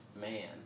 man